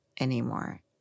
anymore